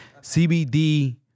CBD